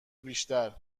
بیشتر